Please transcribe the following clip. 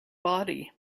body